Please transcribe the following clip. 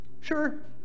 Sure